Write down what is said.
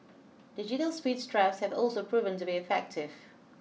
digital speeds traps have also proven to be effective